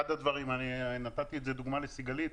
והבאתי דוגמה לסיגלית.